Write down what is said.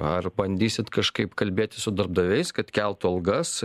ar bandysit kažkaip kalbėti su darbdaviais kad keltų algas